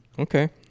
Okay